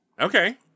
Okay